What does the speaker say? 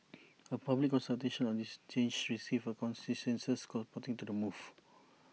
A public consultation on this change received A consensus to the move